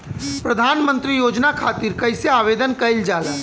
प्रधानमंत्री योजना खातिर कइसे आवेदन कइल जाला?